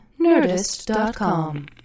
Nerdist.com